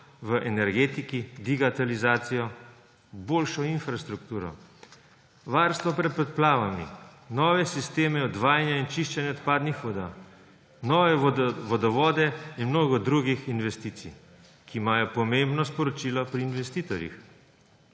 v energetiki, digitalizacijo, boljšo infrastrukturo, varstvom pred poplavami, novimi sistemi odvajanja in čiščenja odpadnih voda, novimi vodovodi in z mnogo drugimi investicijami, ki imajo pomembno sporočilo pri investitorjih,